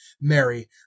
Mary